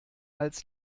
als